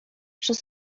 przez